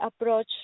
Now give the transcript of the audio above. approach